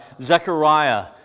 Zechariah